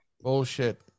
Bullshit